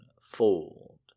fold